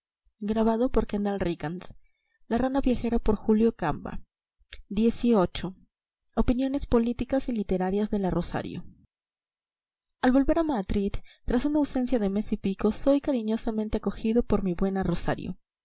xviii opiniones políticas y literarias de la rosario al volver a madrid tras una ausencia de mes y pico soy cariñosamente acogido por mi buena rosario